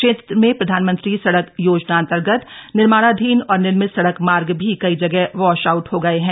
क्षेत्र में प्रधानमंत्री सड़क योजनान्तर्गत निर्माणाधीन और निर्मित सड़क मार्ग भी कई जगह वॉशआउट हो गए हैं